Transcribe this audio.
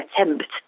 attempt